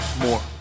more